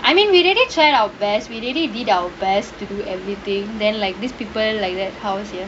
I mean we really tried our best we really did our best to do everything then like these people like that how sia